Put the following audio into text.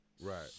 Right